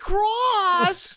Cross